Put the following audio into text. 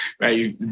right